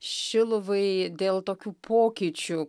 šiluvai dėl tokių pokyčių